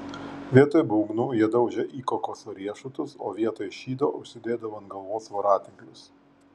vietoj būgnų jie daužė į kokoso riešutus o vietoj šydo užsidėdavo ant galvos voratinklius